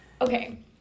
Okay